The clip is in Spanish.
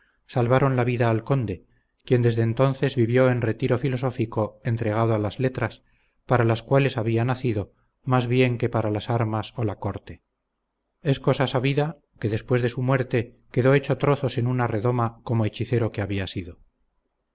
salvaron la vida al conde quien desde entonces vivió en retiro filosófico entregado a las letras para las cuales había nacido más bien que para las armas o la corte es cosa sabida que después de su muerte quedó hecho trozos en una redoma como hechicero que había sido